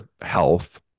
health